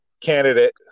candidate